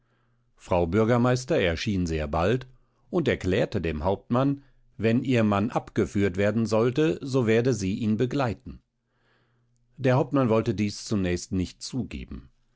frau bürgermeister erschien sehr bald und erklärte dem hauptmann wenn ihr mann abgeführt werden sollte so werde sie ihn begleiten der hauptmann wollte dies zunächst nicht zugeben